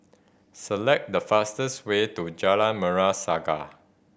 select the fastest way to Jalan Merah Saga